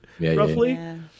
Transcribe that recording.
roughly